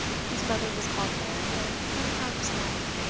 whose mother was called mary, and sometimes molly.